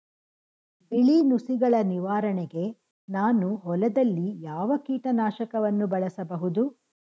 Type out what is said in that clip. ಬಿಳಿ ನುಸಿಗಳ ನಿವಾರಣೆಗೆ ನಾನು ಹೊಲದಲ್ಲಿ ಯಾವ ಕೀಟ ನಾಶಕವನ್ನು ಬಳಸಬಹುದು?